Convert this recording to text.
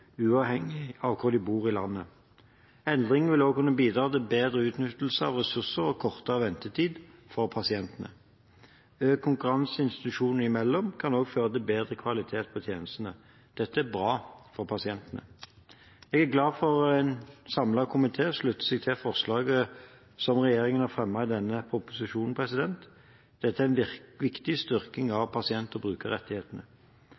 uavhengig av hvor de bor i landet. Endringen vil også kunne bidra til bedre utnyttelse av ressursene og kortere ventetid for pasientene. Økt konkurranse institusjonene imellom kan også føre til bedre kvalitet på tjenestene. Dette er bra for pasientene. Jeg er glad for at en samlet komité slutter seg til forslaget som regjeringen har fremmet i denne proposisjonen. Dette er en viktig styrking